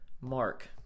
Mark